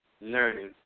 learning